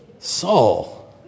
Saul